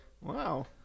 Wow